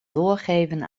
doorgeven